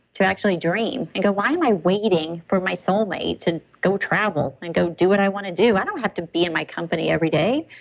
to actually dream and go, why am i waiting for my soulmate to go travel and go do what i want to do? i don't have to be in my company every day.